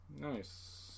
nice